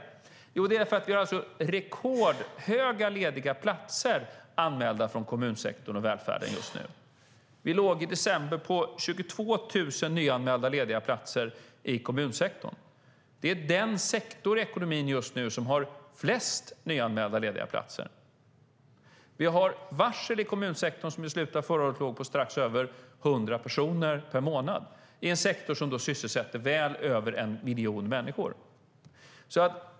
Jo, därför att vi har rekordmånga lediga platser anmälda från kommunsektorn och välfärden just nu. Vi låg i december på 22 000 nyanmälda lediga platser i kommunsektorn. Det är den sektor i ekonomin som just nu har flest nyanmälda lediga platser. Vi har varsel i kommunsektorn som i slutet av förra året låg på strax över 100 personer per månad - i en sektor som sysselsätter väl över en miljon människor.